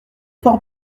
fort